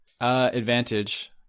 Advantage